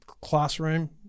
classroom